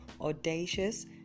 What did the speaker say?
audacious